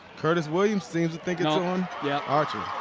curtis williams seems to think it's so on yeah archer.